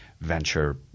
venture